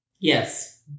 Yes